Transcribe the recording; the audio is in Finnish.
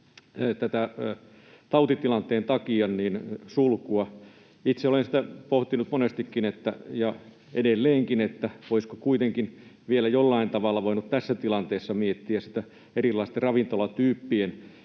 tautitilanteen takia sulkua. Itse olen sitä pohtinut monestikin ja edelleenkin, olisiko kuitenkin vielä jollain tavalla voinut tässä tilanteessa miettiä erilaisten ravintoloiden